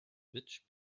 which